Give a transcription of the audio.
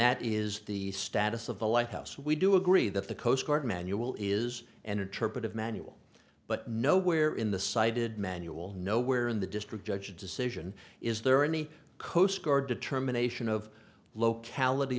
that is the status of the lighthouse we do agree that the coast guard manual is an interpretive manual but nowhere in the cited manual nowhere in the district judge decision is there any coastguard determination of locality